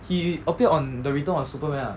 he appeared on the return of superman [what]